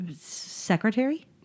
Secretary